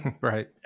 Right